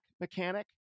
mechanic